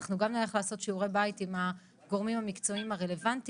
אנחנו גם נלך לעשות שיעורי בית עם הגורמים המקצועיים הרלוונטיים.